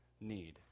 need